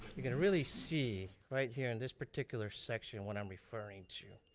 you can really see right here in this particular section what i'm referring to.